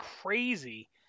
crazy